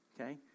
Okay